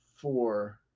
four